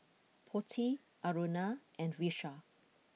Potti Aruna and Vishal